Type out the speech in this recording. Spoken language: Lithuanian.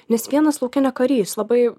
nes vienas lauke ne karys labai